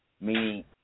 Meaning